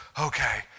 Okay